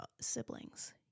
siblings